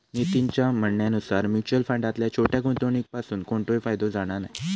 नितीनच्या म्हणण्यानुसार मुच्युअल फंडातल्या छोट्या गुंवणुकीपासून कोणतोय फायदो जाणा नाय